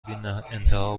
بیانتها